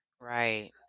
Right